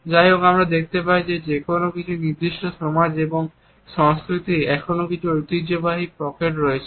যাই হোক আমরা দেখতে পাই যে কিছু নির্দিষ্ট সমাজ এবং সংস্কৃতিতে এখনও কিছু ঐতিহ্যবাহী পকেট রয়েছে